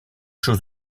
chose